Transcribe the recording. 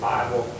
Bible